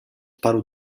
paru